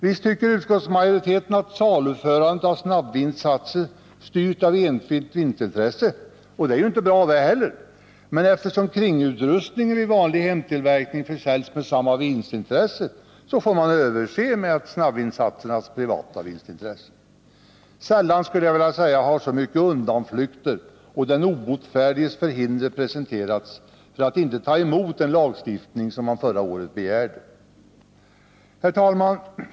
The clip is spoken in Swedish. Visst tycker utskottsmajoriteten att saluförandet av snabbvinsatser styrs av enskilt vinstintresse, och det är ju inte bra det heller, men eftersom kringutrustning vid vanlig hemtillverkning försäljs med samma vinstintresse får man överse med snabbvinsatsernas privata vinstintresse. Jag skulle vilja säga att sällan har så många undanflykter och den obotfärdiges förhinder presenterats för att inte ta emot den lagstiftning som riksdagen förra året begärt. Herr talman!